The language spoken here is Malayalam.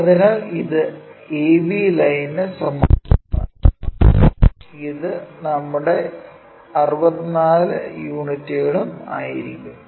അതിനാൽ ഇത് ab ലൈനിന് സമാന്തരമായിരിക്കും ഇത് നമ്മുടെ 64 യൂണിറ്റുകളും ആയിരിക്കും